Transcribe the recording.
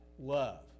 love